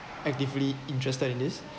actively interested in this